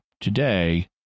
today